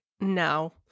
no